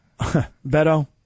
Beto